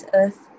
earth